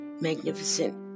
magnificent